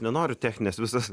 nenoriu technines visas